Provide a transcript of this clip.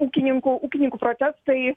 ūkininkų ūkininkų protestai